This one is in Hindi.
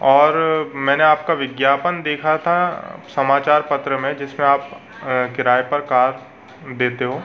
और मैंने आपका विज्ञापन देखा था समाचार पत्र में जिसमे आप किराये पर कार देते हो